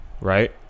right